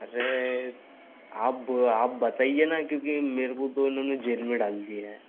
अरे आप ब आप बताइए न क्योकि मेरे को तो उन्होंने जेल में डाल दिया है